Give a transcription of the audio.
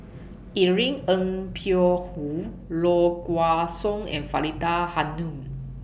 Irene Ng Phek Hoong Low Kway Song and Faridah Hanum